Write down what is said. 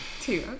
two